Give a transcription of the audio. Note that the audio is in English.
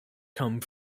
come